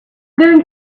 going